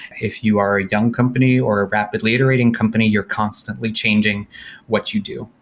if you are a young company or a rapidly iterating company, you're constantly changing what you do,